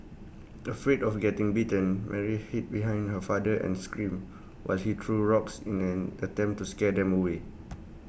afraid of getting bitten Mary hid behind her father and screamed while he threw rocks in an attempt to scare them away